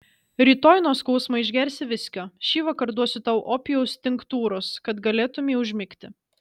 rytoj nuo skausmo išgersi viskio šįvakar duosiu tau opijaus tinktūros kad galėtumei užmigti